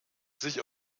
sich